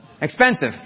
expensive